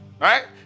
right